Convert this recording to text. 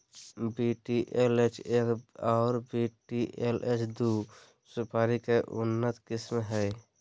VTLH एक आर VTLH दू सुपारी के उन्नत किस्म हय